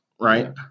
Right